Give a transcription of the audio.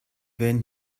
werden